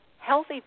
healthy